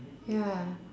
ya